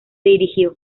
dirigió